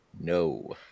no